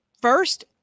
first